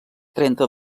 trenta